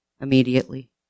immediately